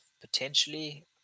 potentially